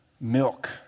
milk